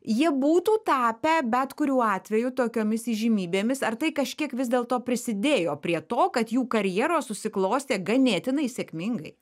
jie būtų tapę bet kuriuo atveju tokiomis įžymybėmis ar tai kažkiek vis dėlto prisidėjo prie to kad jų karjeros susiklostė ganėtinai sėkmingai